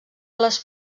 les